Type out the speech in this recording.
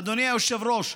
אדוני היושב-ראש,